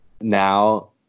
now